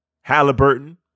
Halliburton